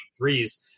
threes